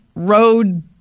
Road